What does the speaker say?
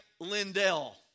Lindell